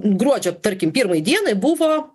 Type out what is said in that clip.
gruodžio tarkim pirmai dienai buvo